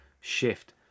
shift